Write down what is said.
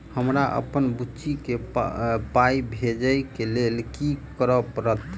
हमरा अप्पन बुची केँ पाई भेजइ केँ लेल की करऽ पड़त?